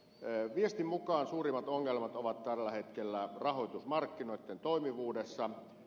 viestin mukaan suurimmat ongelmat ovat tällä hetkellä rahoitusmarkkinoitten toimivuudessa